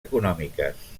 econòmiques